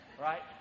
Right